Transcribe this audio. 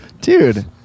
Dude